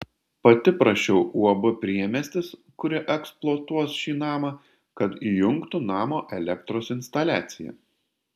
pati prašiau uab priemiestis kuri eksploatuos šį namą kad įjungtų namo elektros instaliaciją